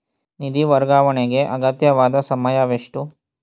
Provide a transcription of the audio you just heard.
ನಿಧಿ ವರ್ಗಾವಣೆಗೆ ಅಗತ್ಯವಾದ ಸಮಯವೆಷ್ಟು?